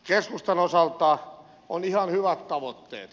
keskustan osalta on ihan hyvät tavoitteet